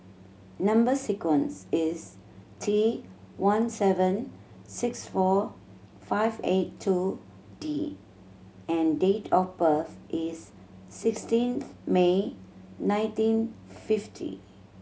number sequence is T one seven six four five eight two D and date of birth is sixteenth May nineteen fifty